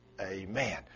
Amen